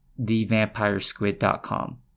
thevampiresquid.com